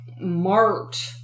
mart